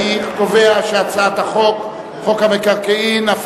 את הצעת חוק המקרקעין (תיקון,